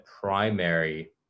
primary